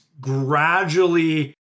gradually